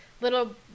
little